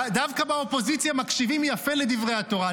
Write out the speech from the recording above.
דווקא באופוזיציה מקשיבים יפה לדברי התורה.